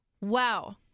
Wow